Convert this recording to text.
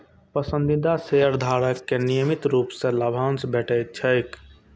पसंदीदा शेयरधारक कें नियमित रूप सं लाभांश भेटैत छैक